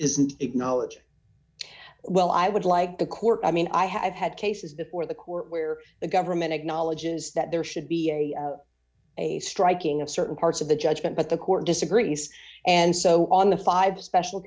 isn't acknowledge well i would like to court i mean i have had cases before the court where d d the government acknowledges that there should be a striking of certain parts of the judgment but the court disagrees and so on the five special